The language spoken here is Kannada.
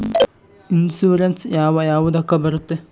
ಇನ್ಶೂರೆನ್ಸ್ ಯಾವ ಯಾವುದಕ್ಕ ಬರುತ್ತೆ?